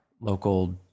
local